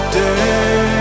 day